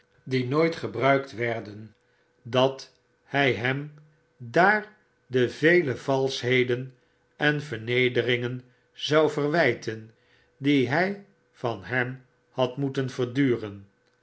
die nooit gebruikt werden dat hij hem daar de vele valschheden en vernederingen zou verwijten die hij van hem had moeten verduren